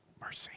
mercy